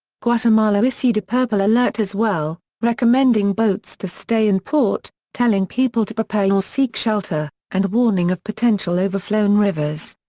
guatemala issued a purple alert as well, recommending boats to stay in port, telling people to prepare or seek shelter, and warning of potential overflown rivers.